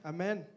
Amen